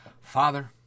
Father